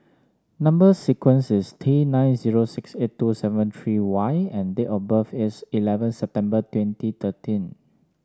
number sequence is T nine zero six eight two seven three Y and date of birth is eleven September twenty thirteen